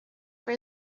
for